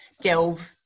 delve